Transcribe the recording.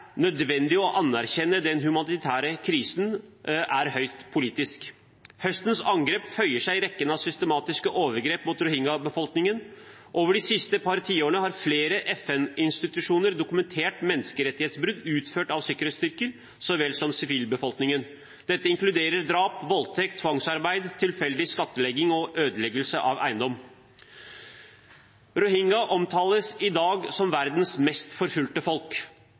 nødvendig å anerkjenne at den humanitære krisen er høyst politisk. Høstens angrep føyer seg inn i rekken av systematiske overgrep mot rohingya-befolkningen. Over de siste par tiårene har flere FN-institusjoner dokumentert menneskerettighetsbrudd utført av sikkerhetsstyrker så vel som av sivilbefolkningen. Dette inkluderer drap, voldtekt, tvangsarbeid, tilfeldig skattlegging og ødeleggelse av eiendom. Rohingyaene omtales i dag som verdens mest forfulgte folk.